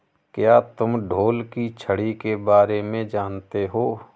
क्या तुम ढोल की छड़ी के बारे में जानते हो?